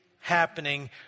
happening